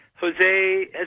Jose